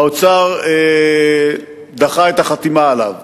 האוצר דחה את החתימה עליו,